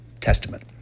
testament